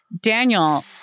Daniel